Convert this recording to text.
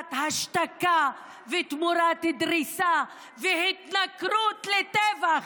תמורת השתקה ותמורת דריסה והתנכרות לטבח,